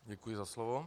Děkuji za slovo.